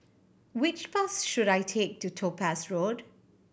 which bus should I take to Topaz Road